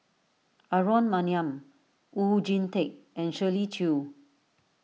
Aaron Maniam Oon Jin Teik and Shirley Chew